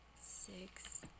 Six